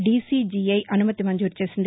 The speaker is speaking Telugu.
డీసీజీఐ అనుమతి మంజూరు చేసింది